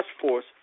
Force